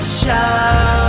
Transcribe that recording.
show